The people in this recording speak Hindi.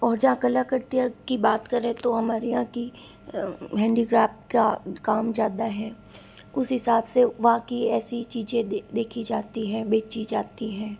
और जहाँ कलाकृतियाँ की बात करें तो हमारे यहाँ कि हैंडिक्राफ़्ट का काम ज़्यादा है उस हिसाब से वहाँ की ऐसी चीज़ें देखी जाती हैं बेची जाती हैं